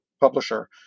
publisher